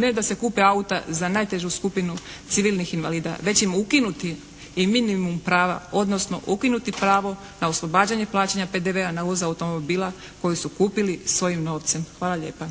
ne da se kupi auta za najtežu skupinu civilnih invalida, već im ukinuti i minimum prava odnosno ukinuti pravo na oslobađanje plaćanja PDV-a na uvoz automobila koji su kupili svojim novcem? Hvala lijepa.